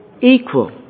equal